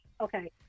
Okay